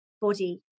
body